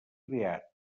beat